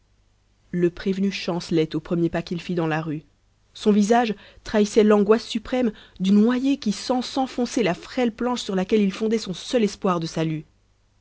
le prévenu chancelait aux premiers pas qu'il fit dans la rue son visage trahissait l'angoisse suprême du noyé qui sent s'enfoncer la frêle planche sur laquelle il fondait son seul espoir de salut